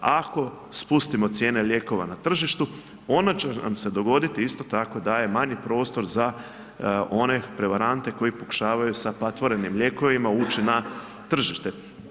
Ako spustimo cijene lijekova na tržištu onda će nam se dogoditi isto tako da je manji prostor za one prevarante koji pokušavaju sa patvorenim lijekovima ući na tržište.